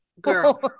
Girl